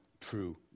true